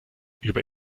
über